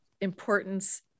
importance